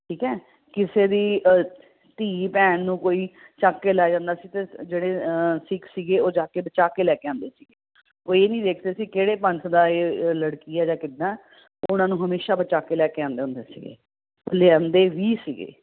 ਠੀਕ ਹੈ ਕਿਸੇ ਦੀ ਧੀ ਭੈਣ ਨੂੰ ਕੋਈ ਚੁੱਕ ਕੇ ਲੈ ਜਾਂਦਾ ਸੀ ਅਤੇ ਜਿਹੜੇ ਸਿੱਖ ਸੀਗੇ ਉਹ ਜਾ ਕੇ ਬਚਾ ਕੇ ਲੈ ਕੇ ਆਉਂਦੇ ਸੀ ਉਹ ਇਹ ਨਹੀਂ ਵੇਖਦੇ ਸੀ ਕਿਹੜੇ ਪੰਥ ਦਾ ਇਹ ਲੜਕੀ ਹੈ ਜਾਂ ਕਿੱਦਾਂ ਹੈ ਉਹਨਾਂ ਨੂੰ ਹਮੇਸ਼ਾ ਬਚਾ ਕੇ ਲੈ ਕੇ ਆਉਂਦੇ ਹੁੰਦੇ ਸੀਗੇ ਉਹ ਲਿਆਂਦੇ ਵੀ ਸੀਗੇ